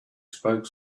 spoke